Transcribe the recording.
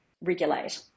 regulate